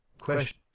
Question